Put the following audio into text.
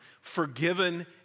forgiven